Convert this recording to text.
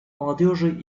молодежи